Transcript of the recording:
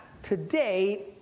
today